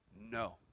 no